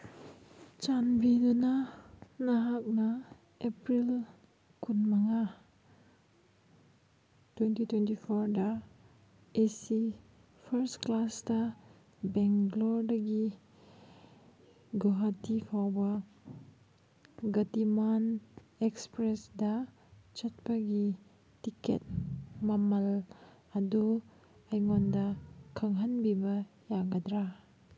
ꯆꯥꯟꯕꯤꯗꯨꯅ ꯅꯍꯥꯛꯅ ꯑꯦꯄ꯭ꯔꯤꯜ ꯀꯨꯟꯃꯉꯥ ꯇ꯭ꯋꯦꯟꯇꯤ ꯇ꯭ꯋꯦꯟꯇꯤ ꯐꯣꯔꯗ ꯑꯦ ꯁꯤ ꯐꯥꯔꯁ ꯀ꯭ꯂꯥꯁꯇ ꯕꯦꯡꯒ꯭ꯂꯣꯔꯗꯒꯤ ꯒꯣꯍꯥꯇꯤ ꯐꯥꯎꯕ ꯒꯇꯤꯃꯥꯟ ꯑꯦꯛꯁꯄ꯭ꯔꯦꯁꯗ ꯆꯠꯄꯒꯤ ꯇꯤꯀꯦꯠ ꯃꯃꯜ ꯑꯗꯨ ꯑꯩꯉꯣꯟꯗ ꯈꯪꯍꯟꯕꯤꯕ ꯌꯥꯒꯗ꯭ꯔꯥ